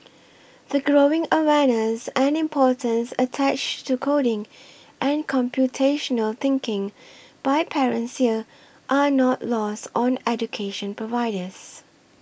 the growing awareness and importance attached to coding and computational thinking by parents here are not lost on education providers